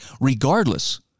Regardless